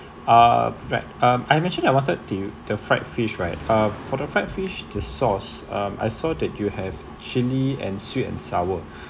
uh right I'm actually I wanted to the fried fish right uh for the fried fish the sauce um I saw that you have chilli and sweet and sour